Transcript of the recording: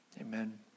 amen